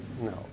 No